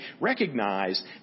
recognize